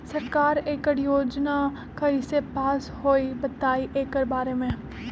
सरकार एकड़ योजना कईसे पास होई बताई एकर बारे मे?